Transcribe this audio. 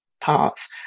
parts